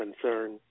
concern